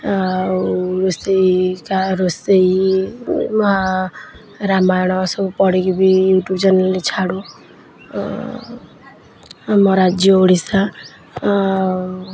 ଆଉ ରୋଷେଇ ରୋଷେଇ ରାମାୟଣ ସବୁ ପଢ଼ିକି ବି ୟୁ ଟ୍ୟୁବ୍ ଚ୍ୟାନେଲ୍ରେ ଛାଡ଼ୁ ଆମ ରାଜ୍ୟ ଓଡ଼ିଶା ଆଉ